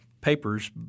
papers